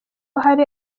hari